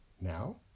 Now